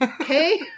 Okay